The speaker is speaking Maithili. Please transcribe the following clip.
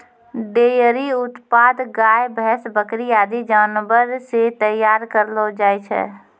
डेयरी उत्पाद गाय, भैंस, बकरी आदि जानवर सें तैयार करलो जाय छै